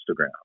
Instagram